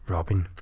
Robin